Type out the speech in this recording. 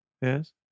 Yes